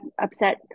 upset